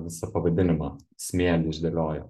visą pavadinimą smėly išdėliojo